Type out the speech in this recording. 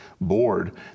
board